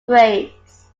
grades